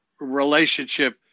relationship